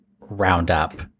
roundup